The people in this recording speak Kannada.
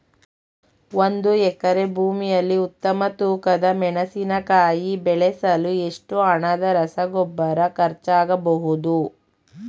ಒಂದು ಎಕರೆ ಭೂಮಿಯಲ್ಲಿ ಉತ್ತಮ ತೂಕದ ಮೆಣಸಿನಕಾಯಿ ಬೆಳೆಸಲು ಎಷ್ಟು ಹಣದ ರಸಗೊಬ್ಬರ ಖರ್ಚಾಗಬಹುದು?